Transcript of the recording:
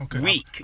week